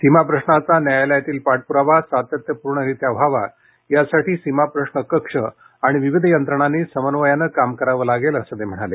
सीमाप्रश्नाचा न्यायालयातील पाठप्रावा सातत्यपूर्णरित्या व्हावा यासाठी सीमाप्रश्न कक्ष आणि विविध यंत्रणांनी समन्वयानं काम करावं लागेल असं ते म्हणाले